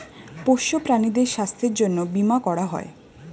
পোষ্য প্রাণীদের স্বাস্থ্যের জন্যে বীমা করা হয়